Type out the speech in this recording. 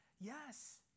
Yes